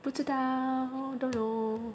不知道 don't know